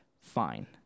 Fine